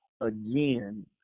again